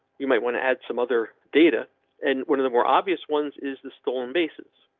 you might want to add some other data and one of the more obvious ones is the stolen bases.